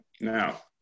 now